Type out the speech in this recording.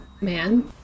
man